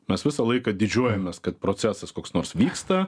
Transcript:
mes visą laiką didžiuojamės kad procesas koks nors vyksta